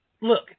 look